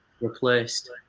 replaced